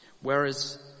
Whereas